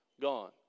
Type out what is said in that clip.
gone